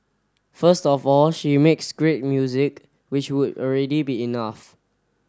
first of all she makes great music which would already be enough